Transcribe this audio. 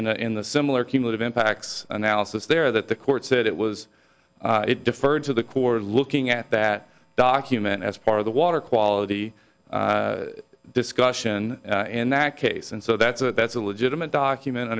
the similar cumulative impacts analysis there that the court said it was it deferred to the core looking at that document as part of the water quality discussion in that case and so that's a that's a legitimate document